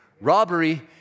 Robbery